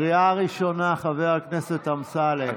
קריאה ראשונה, חבר הכנסת אמסלם.